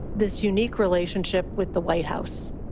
this unique relationship with the white house.